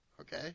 Okay